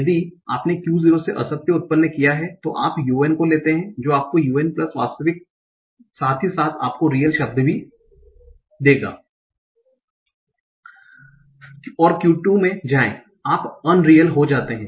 यदि आपने Q0 से असत्य उत्पन्न किया है तो आप un को लेते है जो आपको un प्लस वास्तविक साथ ही साथ आपको रियल शब्द भी देगा और Q 2 में जाएं आप unreal हो जाते हैं